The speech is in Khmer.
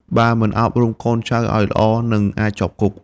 បើមិនអប់រំកូនចៅឱ្យល្អ នឹងអាចជាប់គុក។